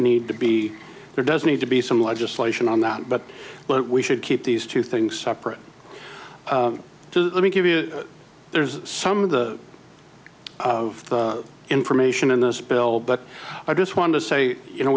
need to be there doesn't need to be some legislation on that but what we should keep these two things separate to let me give you there's some of the of information in this bill but i just want to say you know